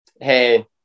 Hey